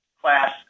class